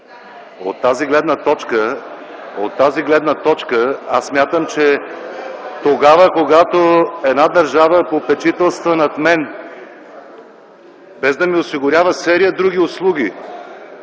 От тази гледна точка смятам, че когато една държава попечителства над мен, без да ми осигурява серия други услуги,